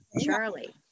Charlie